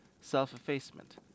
self-effacement